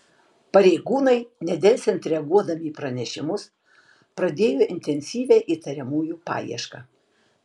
pareigūnai nedelsiant reaguodami į pranešimus pradėjo intensyvią įtariamųjų paiešką